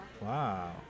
Wow